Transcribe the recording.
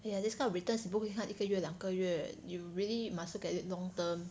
ya this kind of returns 你不可以看一个月两个月 you really must look at it long term